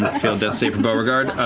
failed death save for beauregard.